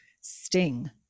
sting